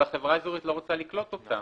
אבל החברה האזורית לא רצתה לקלוט אותה.